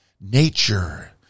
nature